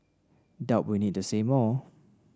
doubt we need to say more